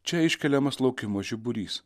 čia iškeliamas laukimo žiburys